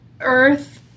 Earth